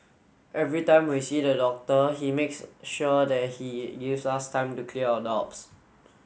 every time we see the doctor he makes sure that he gives us time to clear our doubts